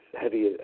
heavy